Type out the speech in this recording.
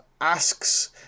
asks